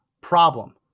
problem